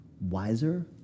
wiser